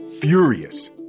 furious